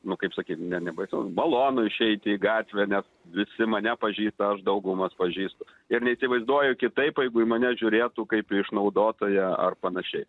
nu kaip sakyt ne nebaisu malonu išeiti į gatvę nes visi mane pažįsta aš daugumas pažįstu ir neįsivaizduoju kitaip o jeigu į mane žiūrėtų kaip į išnaudotoją ar panašiai